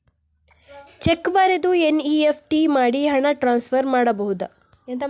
Check ಬರೆದು NEFT ಮಾಡಿ ಹಣ ಟ್ರಾನ್ಸ್ಫರ್ ಮಾಡಬಹುದು?